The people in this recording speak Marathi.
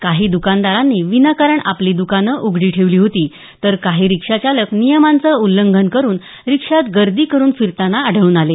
काही दुकानदारांनी विनाकारण आपली दुकानं उघडी ठेवली होती तर काही रिक्षाचालक नियमांचं उल्लंघन करून रिक्षात गर्दी करून फिरताना आढळून आले